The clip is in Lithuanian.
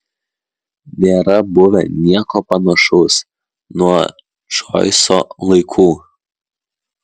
nėra buvę nieko panašaus nuo džoiso laikų